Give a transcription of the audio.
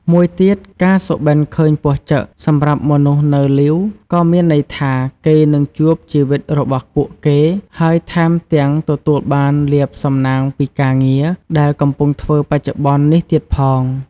មួយទៀត ការសុបិន្តឃើញពស់ចឹក សម្រាប់មនុស្សនៅលីវក៏មានន័យថា គេនឹងជួបជីវិតរបស់ពួកគេ ហើយថែមទាំងទទួលបានលាភសំណាងពីការងារ ដែលកំពុងធ្វើបច្ចុប្បន្ននេះទៀតផង។